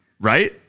Right